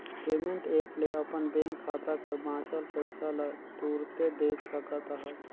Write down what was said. payment app ले अपन bank खाता कर बांचल पइसा ल तुरते देख सकत अहस